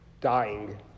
Dying